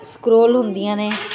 scroll ਹੁੰਦੀਆਂ ਨੇ